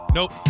Nope